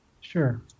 Sure